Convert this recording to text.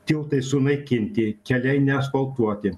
tiltai sunaikinti keliai neasfaltuoti